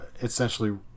essentially